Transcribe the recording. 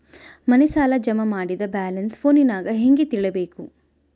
ಮನೆ ಸಾಲ ಜಮಾ ಮಾಡಿದ ಬ್ಯಾಲೆನ್ಸ್ ಫೋನಿನಾಗ ಹೆಂಗ ತಿಳೇಬೇಕು?